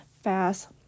fast